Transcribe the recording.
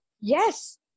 Yes